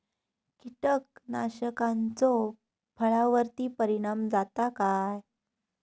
कीटकनाशकाचो फळावर्ती परिणाम जाता काय?